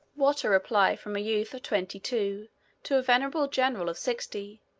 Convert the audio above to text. what a reply from a youth of twenty-two to a venerable general of sixty,